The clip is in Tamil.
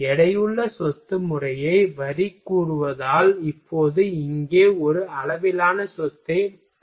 எடையுள்ள சொத்து முறையை வரி கூறுவதால் இப்போது இங்கே ஒரு அளவிலான சொத்தை கணக்கிட்டுள்ளோம்